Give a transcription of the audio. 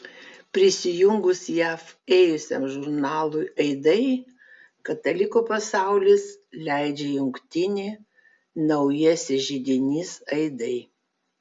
prisijungus jav ėjusiam žurnalui aidai katalikų pasaulis leidžia jungtinį naujasis židinys aidai